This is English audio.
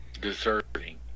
Deserving